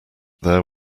there